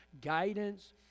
guidance